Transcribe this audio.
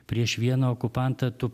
prieš vieną okupantą tu